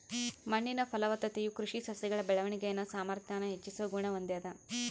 ಮಣ್ಣಿನ ಫಲವತ್ತತೆಯು ಕೃಷಿ ಸಸ್ಯಗಳ ಬೆಳವಣಿಗೆನ ಸಾಮಾರ್ಥ್ಯಾನ ಹೆಚ್ಚಿಸೋ ಗುಣ ಹೊಂದಿದೆ